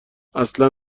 اصلا